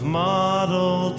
model